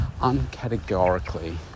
uncategorically